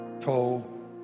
told